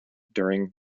during